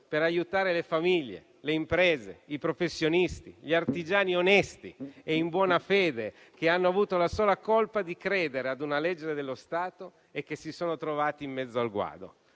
per aiutare le famiglie, le imprese, i professionisti, gli artigiani onesti e in buona fede, che hanno avuto la sola colpa di credere a una legge dello Stato e si sono trovati in mezzo al guado.